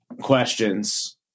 questions